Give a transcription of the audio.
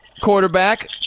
quarterback